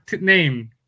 name